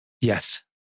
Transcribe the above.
Yes